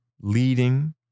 leading